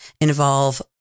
involve